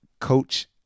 coach